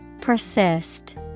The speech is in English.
persist